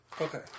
Okay